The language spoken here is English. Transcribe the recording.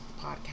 podcast